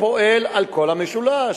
שפועל על כל המשולש.